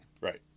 Right